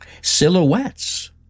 silhouettes